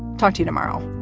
talk to you tomorrow